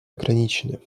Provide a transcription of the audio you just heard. ограничены